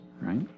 right